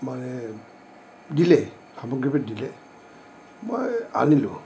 মানে দিলে সামগ্ৰীবিধ দিলে মই আনিলোঁ